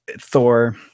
Thor